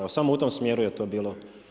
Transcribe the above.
Evo samo u tom smjeru je to bilo.